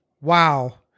Wow